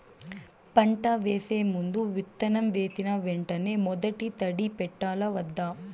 పంట వేసే ముందు, విత్తనం వేసిన వెంటనే మొదటి తడి పెట్టాలా వద్దా?